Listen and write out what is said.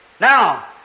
Now